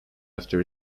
after